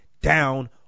down